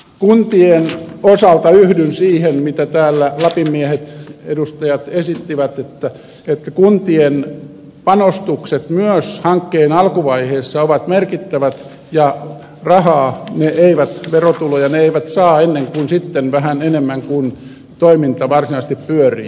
kuntien osalta yhdyn siihen mitä täällä lapin miehet edustajat esittivät että kuntien panostukset myös hankkeen alkuvaiheessa ovat merkittävät ja rahaa verotuloja ne saavat vasta sitten vähän enemmän kun toiminta varsinaisesti pyörii